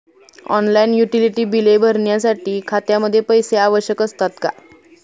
Online utility बिले भरण्यासाठी खात्यामध्ये पैसे आवश्यक असतात का?